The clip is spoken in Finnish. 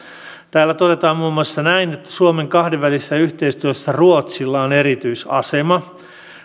täällä todetaan muun muassa näin suomen kahdenvälisessä yhteistyössä ruotsilla on erityisasema